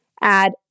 add